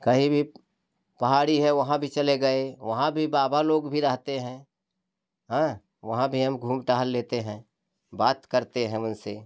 कहीं भी पहाड़ी है वहाँ भी चले गए वहाँ भी बाबा लोग भी रहते हैं हाँ वहाँ भी हम घूम टहल लेते हैं बात करते हैं हम उनसे